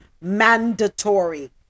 mandatory